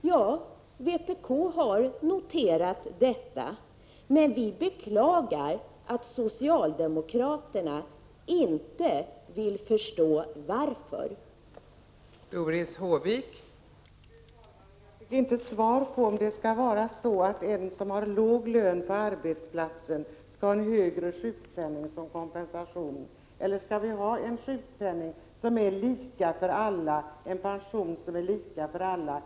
Ja, vpk har noterat det. Men vi beklagar att socialdemokraterna inte vill förstå varför moderaterna är så förstående.